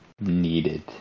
needed